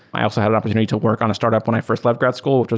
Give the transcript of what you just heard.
i also had an opportunity to work on a startup when i first left grad school,